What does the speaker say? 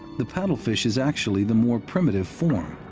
the paddlefish is actually the more primitive form.